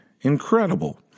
incredible